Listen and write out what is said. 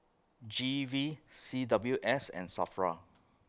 G V C W S and SAFRA